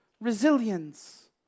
resilience